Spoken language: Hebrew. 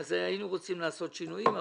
אז היינו רוצים לעשות שינויים,